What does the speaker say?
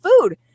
food